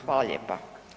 Hvala lijepa.